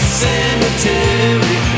cemetery